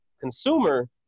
consumer